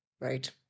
right